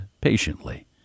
patiently